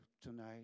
tonight